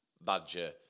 Badger